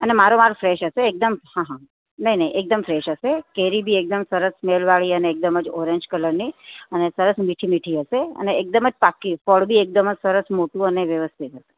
અને મારો માલ ફ્રેશ હશે એકદમ હા હા નહીં નહીં એકદમ ફ્રેશ હશે કેરી બી એકદમ સરસ સ્મેલવાળી ને એકદમ જ ઓરેન્જ કલરની અને સરસ મીઠી મીઠી હશે અને એકદમ પાક્કી ફળ બી એકદમ જ સરસ મોટું ને વ્યવસ્થિત હશે